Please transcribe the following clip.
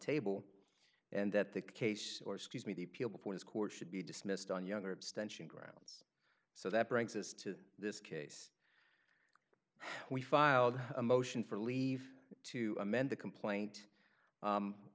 table and that the case or scuse me the appeal before this court should be dismissed on younger abstention graham so that brings us to this case we filed a motion for leave to amend the complaint